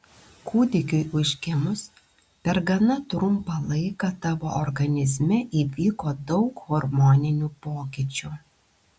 kūdikiui užgimus per gana trumpą laiką tavo organizme įvyko daug hormoninių pokyčių